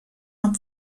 amb